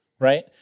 right